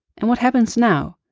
and what happens now?